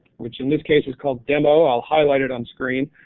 which in this case is called demo, i'll highlight it on screen.